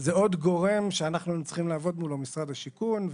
זה עוד גורם שאנחנו צריכים לעבוד מולו משרד השיכון,